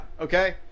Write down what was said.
okay